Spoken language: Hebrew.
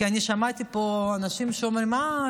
כי אני שמעתי פה אנשים שאומרים: מה,